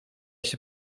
się